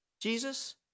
Jesus